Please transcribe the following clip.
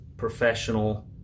professional